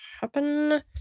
happen